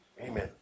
Amen